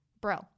Bro